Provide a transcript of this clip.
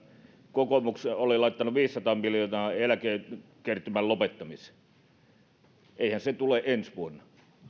kokoomus oli laittanut viisisataa miljoonaa eläkekertymän lopettamiseen niin eihän se tule ensi vuonna